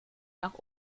nach